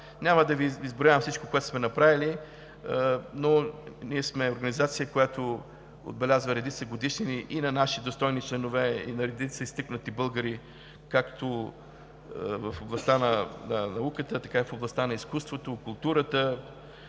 Няма да Ви изброявам всичко, което сме направили, но ние сме организация, която отбелязва редица годишнини на наши достойни членове и на редица изтъкнати българи както в областта на науката, така и в областта на изкуството, културата,